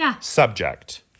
subject